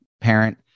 parent